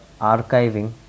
archiving